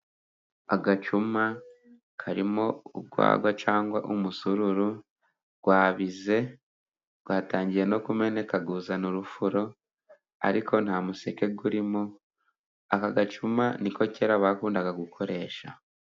Agacuma karimo urwagwa cyangwa umusururu, wabize, watangiye no kumeneka uzana urufuro, ariko nta museke urimo. Aka gacuma ni ko kera bakundaga gukoresha.